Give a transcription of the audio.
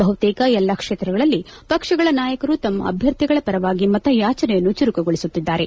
ಬಹುತೇಕ ಎಲ್ಲ ಕ್ಷೇತ್ರಗಳಲ್ಲಿ ಪಕ್ಷಗಳ ನಾಯಕರು ತಮ್ಮ ಅಭ್ದರ್ಧಿಗಳ ಪರವಾಗಿ ಮತಯಾಚನೆಯನ್ನು ಚುರುಕುಗೊಳಿಸುತ್ತಿದ್ದಾರೆ